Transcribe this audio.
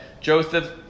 Joseph